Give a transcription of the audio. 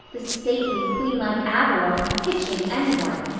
the stately, queen-like averil, pitching any one.